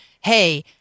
hey